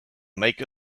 make